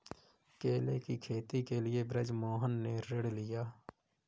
केले की खेती के लिए बृजमोहन ने ऋण लिया है